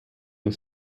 the